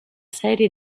serie